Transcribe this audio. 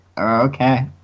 Okay